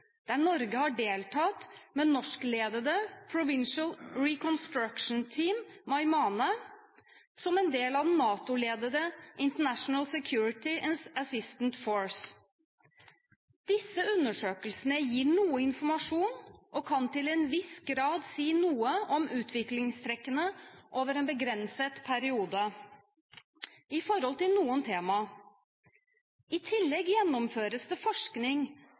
der Norge har deltatt med norskledede Provincial Reconstruction Team, Meymaneh, som en del av den NATO-ledede International Security Assistance Force. Disse undersøkelsene gir noe informasjon og kan til en viss grad si noe om utviklingstrekkene over en begrenset periode om noen temaer. I tillegg gjennomføres det forskning